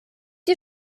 ihr